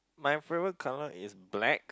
my favorite color is black